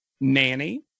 nanny